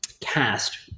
cast